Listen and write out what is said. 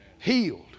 healed